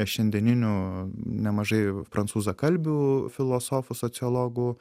šiandieninių nemažai prancūzakalbių filosofų sociologų